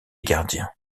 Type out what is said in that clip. gardiens